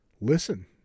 Listen